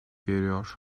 veriyor